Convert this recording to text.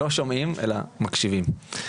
לא שומעים, אלא מקשיבים.